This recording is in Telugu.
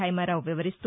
హైమారావు వివరిస్తూ